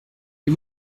est